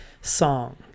Song